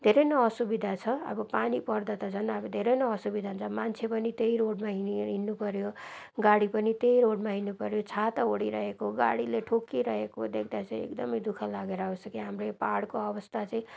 धेरै नै असुविधा छ अब पानी पर्दा त झन् अब धेरै नै असुविधा हुन्छ मान्छे पनि त्यही रोडमा हिँडी हिँड्नु पऱ्यो गाडी पनि त्यही रोडमा हिँड्नु पऱ्यो छाता ओढिरहेको गाडीले ठोकिरहेको देख्दा चाहिँ एकदम दुःख लागेर आउँछ कि हाम्रो यो पहाडको अवस्था चाहिँ